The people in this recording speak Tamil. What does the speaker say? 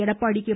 எடப்பாடி கே